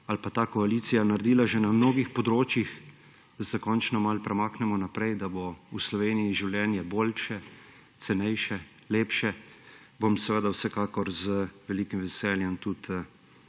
ali pa ta koalicija naredila že na mnogih področjih, da se končno malo premaknemo naprej, da bo v Sloveniji življenje boljše, cenejše, lepše, bom vsekakor z velikim veseljem tudi